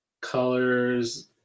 colors